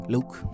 Luke